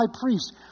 priest